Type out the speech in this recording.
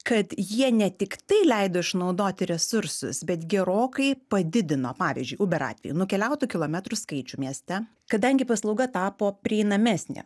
kad jie ne tik tai leido išnaudoti resursus bet gerokai padidino pavyzdžiui uber atveju nukeliautų kilometrų skaičių mieste kadangi paslauga tapo prieinamesnė